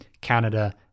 canada